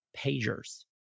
pagers